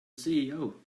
ceo